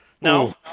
No